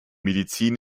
medizin